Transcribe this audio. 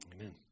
Amen